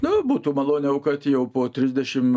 nu būtų maloniau kad jau po trisdešim